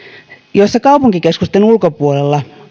jolla kaupunkikeskusten ulkopuolella